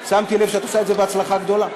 שמתי לב שאת עושה את זה בהצלחה גדולה.